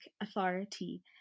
authority